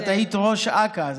אבל את היית ראש אכ"א,